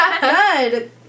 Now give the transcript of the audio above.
Good